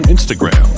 Instagram